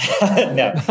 No